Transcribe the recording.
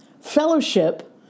fellowship